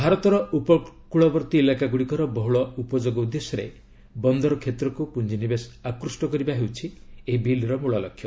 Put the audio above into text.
ଭାରତର ଉପକୂଳବର୍ତ୍ତୀ ଇଲାକାଗୁଡ଼ିକର ବହୁଳ ଉପଯୋଗ ଉଦ୍ଦେଶ୍ୟରେ ବନ୍ଦର କ୍ଷେତ୍ରକୁ ପୁଞ୍ଜିନିବେଶ ଆକୁଷ୍ଟ କରିବା ହେଉଛି ଏହି ବିଲ୍ର ମୂଳ ଲକ୍ଷ୍ୟ